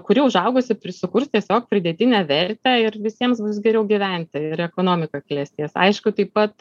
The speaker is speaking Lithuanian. kuri užaugusi prisikurs tiesiog pridėtinę vertę ir visiems bus geriau gyventi ir ekonomika klestės aišku taip pat